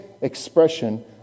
expression